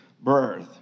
birth